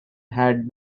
had